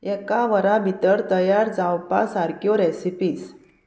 एका वरा भितर तयार जावपा सारक्यो रेसिपीज